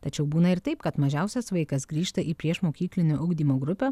tačiau būna ir taip kad mažiausias vaikas grįžta į priešmokyklinio ugdymo grupę